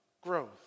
growth